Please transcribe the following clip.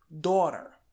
daughter